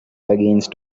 against